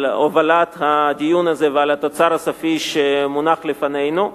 על הובלת הדיון הזה ועל התוצר הסופי שמונח לפנינו.